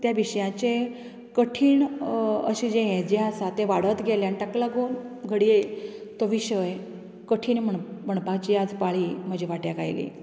त्या विशयांचे कठीण अशें जें यें आसा तें वाडट गेलें आनी ताका लागून घडये तो विशय कठीण म्हणपाची आज पाळी म्हज्या वाट्याक आयली